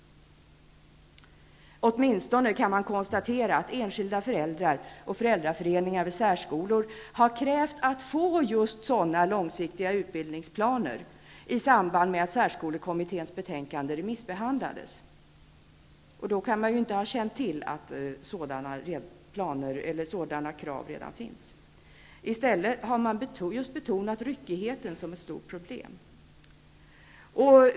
Åtminstone kan man konstatera att enskilda föräldrar och föräldraföreningar vid särskolor har krävt att få just sådana långsiktiga utbildningsplaner i samband med att särskolekommitténs betänkande remissbehandlades. Man kan ju då inte ha känt till att sådana krav redan finns. I stället har man betonat ryckigheten som ett stort problem.